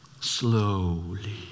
Slowly